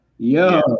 Yo